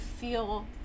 feel